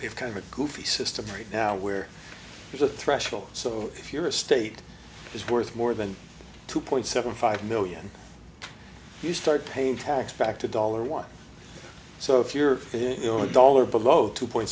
have kind of a goofy system right now where there's a threshold so if you're a state is worth more than two point seven five million you start paying tax back to dollar one so if you're you know a dollar below two point